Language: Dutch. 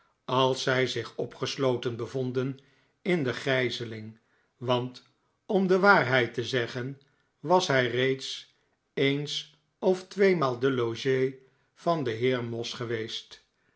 zijn alszij zich opgesloten bevonden in de gijzeling want om de waarheid te zeggen was hij reeds eens of tweemaal de loge van den heer moss geweest